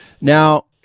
Now